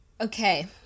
okay